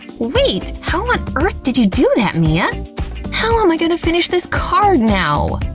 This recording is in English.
wait how much earth did you do that mia how am i gonna finish this card now